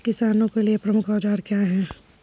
किसानों के लिए प्रमुख औजार क्या हैं?